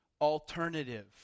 alternative